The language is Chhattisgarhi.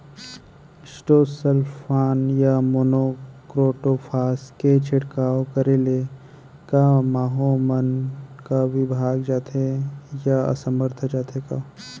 इंडोसल्फान या मोनो क्रोटोफास के छिड़काव करे ले क माहो मन का विभाग जाथे या असमर्थ जाथे का?